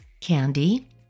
candy